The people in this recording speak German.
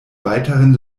weiteren